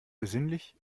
besinnlich